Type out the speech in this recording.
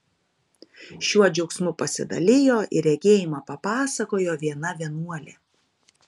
šiuo džiaugsmu pasidalijo ir regėjimą papasakojo viena vienuolė